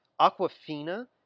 Aquafina